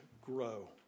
grow